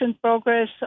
progress